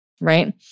right